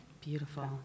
beautiful